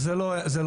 זה לא נכון.